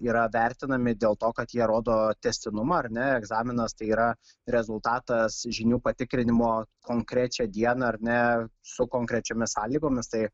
yra vertinami dėl to kad jie rodo tęstinumą ar ne egzaminas tai yra rezultatas žinių patikrinimo konkrečią dieną ar ne su konkrečiomis sąlygomis tai